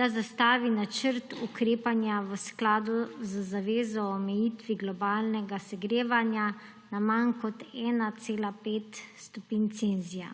da zastavi načrt ukrepanja v skladu z zavezo o omejitvi globalnega segrevanja na manj kot 1,5 stopinje Celzija.